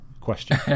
question